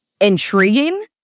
intriguing